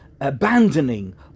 Abandoning